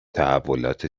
تحولات